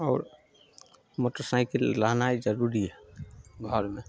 आओर motorcycle रहनाइ जरूरी हइ घरमे